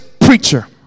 preacher